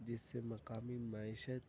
جس سے مقامی معیشت